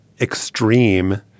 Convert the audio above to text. extreme